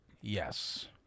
Yes